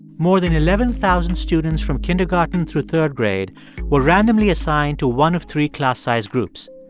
more than eleven thousand students from kindergarten through third grade were randomly assigned to one of three class-size groups.